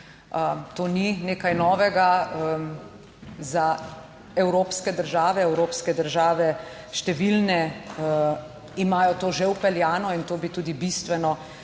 To ni nekaj novega. Za evropske države, evropske države, številne imajo to že vpeljano in to bi tudi bistveno